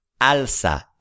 alza